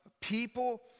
people